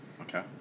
Okay